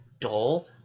dull